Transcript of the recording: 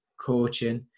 coaching